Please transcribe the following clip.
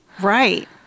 Right